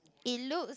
it looks